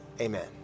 Amen